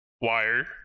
Wire